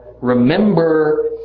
remember